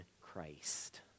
Christ